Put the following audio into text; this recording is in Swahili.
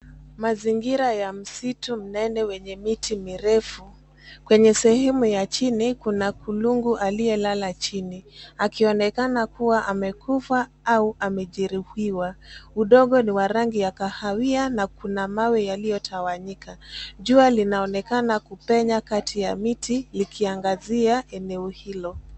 Mazingira ya msitu mnene wenye miti mirefu. Kwenye sehemu ya chini kuna kulungu aliyelala chini, akionekana kuwa amekufa au amejeruhiwa. Udongo ni wa rangi ya kahawia na kuna mawe yaliyotawanyika. Jua linaonekana kupenya kati ya miti likiangazia eneo hilo.